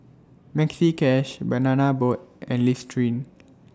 Maxi Cash Banana Boat and Listerine